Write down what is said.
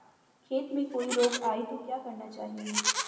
खेत में कोई रोग आये तो क्या करना चाहिए?